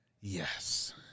yes